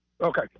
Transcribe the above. okay